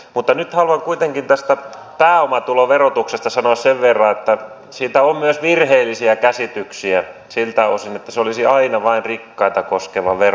mutta nyt haluan kuitenkin tästä pääomatuloverotuksesta sanoa sen verran että siitä on myös virheellisiä käsityksiä siltä osin että se olisi aina vain rikkaita koskeva vero